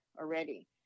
already